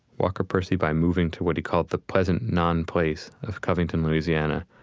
walker percy by moving to what he called the pleasant, non-place of covington, louisiana. a